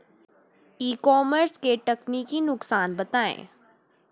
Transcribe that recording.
E commerce के तकनीकी नुकसान बताएं?